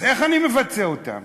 אז איך אני מפצה אותן?